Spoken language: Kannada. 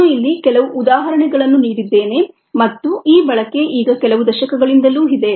ನಾನು ಇಲ್ಲಿ ಕೆಲವು ಉದಾಹರಣೆಗಳನ್ನು ನೀಡಿದ್ದೇನೆ ಮತ್ತು ಈ ಬಳಕೆ ಈಗ ಕೆಲವು ದಶಕಗಳಿಂದಲೂ ಇದೆ